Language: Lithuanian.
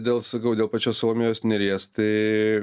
dėl sakau dėl pačios salomėjos nėries tai